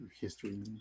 history